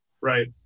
right